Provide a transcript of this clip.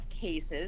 cases